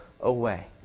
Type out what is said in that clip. away